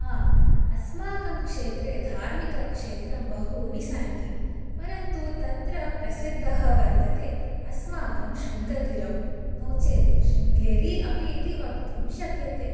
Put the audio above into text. आम् अस्माकं क्षेत्रे धार्मिकक्षेत्रं बहूनि सन्ति परन्तु तत्र प्रसिद्धः वर्तते अस्माकं शृङ्गगिरौ नो चेत् शृङ्गेरी अपि इति वक्तुं शक्यते